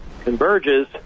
converges